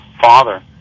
father